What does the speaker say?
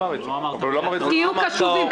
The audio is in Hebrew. תהיו קשובים.